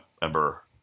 member